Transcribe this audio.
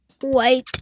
white